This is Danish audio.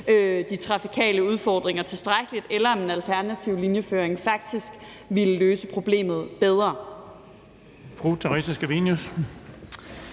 de trafikale udfordringer tilstrækkeligt, eller om en alternativ linjeføring faktisk ville løse problemet bedre.